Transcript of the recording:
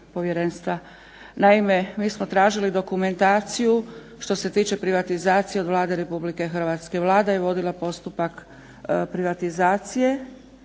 Naime, mi smo tražili dokumentaciju što se tiče privatizacije od Vlade Republike Hrvatske. Vlada je vodila postupak privatizacije